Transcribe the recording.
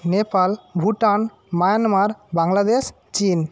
Nepal Bhutan Myanmar Bangladesh চীন